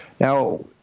Now